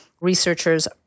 researchers